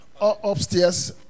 Upstairs